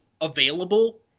available